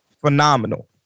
phenomenal